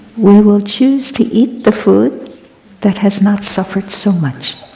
we will choose to eat the food that has not suffered so much.